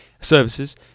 services